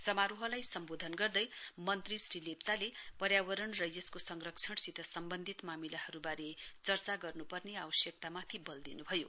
समारोहलाई सम्बोधन गर्दै मन्त्री श्री लेप्चाले पर्यावरण र यसको संरक्षणसित सम्वन्धित मामिलाहरूबारे चर्चा गर्नुपर्ने आवश्यकतामाथि बल दिनुभयो